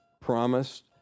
promised